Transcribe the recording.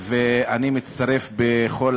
ואני מצטרף בכל